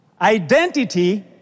Identity